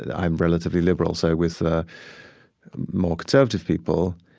and i'm relatively liberal, so with ah more conservative people,